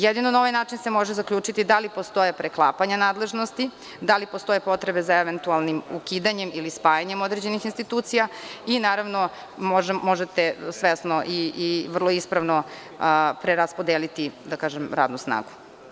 Jedino na ovaj način se može zaključiti da li postoje preklapanja nadležnosti, da li postoje potrebe za eventualnim ukidanjem ili spajanjem određenih institucija i naravno možete svesno i ispravno preraspodeliti radnu snagu.